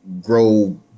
grow